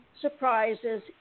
surprises